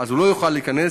הוא לא יוכל להיכנס,